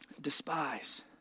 despise